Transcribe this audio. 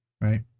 Right